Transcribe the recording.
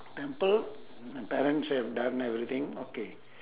temple parents have done everything okay